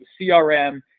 CRM